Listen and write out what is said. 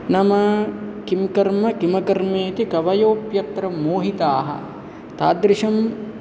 नाम किं कर्म किमकर्मे इति कवयोऽपि यत्र मोहिताः तादृशं